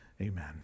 Amen